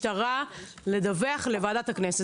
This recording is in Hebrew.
זה שהמשטרה ושב"ס ידווחו לוועדה לביטחון פנים.